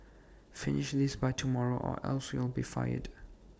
finish this by tomorrow or else you'll be fired